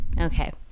Okay